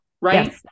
right